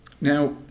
Now